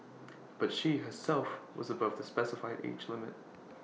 but she herself was above the specified age limit